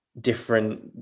different